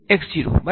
વિદ્યાર્થી